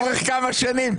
לאורך כמה שנים.